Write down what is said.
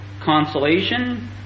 consolation